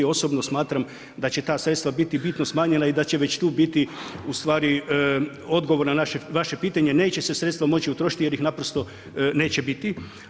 Osobno smatram da će ta sredstva biti bitno smanjena i da će već tu biti u stvari odgovor na vaše pitanje, neće se sredstva moći utrošiti jer ih naprosto neće biti.